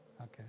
Okay